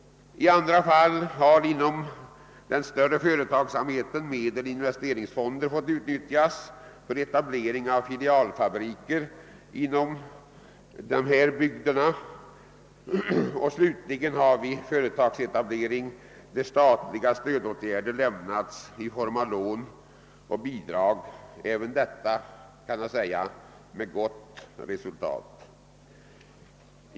I andra fall har den större företagsamheten fått utnyttja medel i investeringsfonder för etablering av filialfabriker inom berörda bygder. Slutligen har vi företagsetablering, där statligt stöd lämnats i form av lån och bidrag med gott resultat.